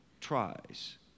tries